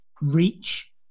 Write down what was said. reach